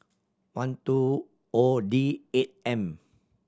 one two O D eight M